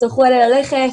צרחו עליי ללכת.